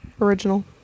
Original